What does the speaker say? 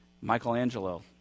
Michelangelo